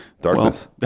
Darkness